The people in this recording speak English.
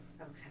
Okay